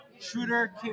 Shooter